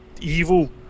evil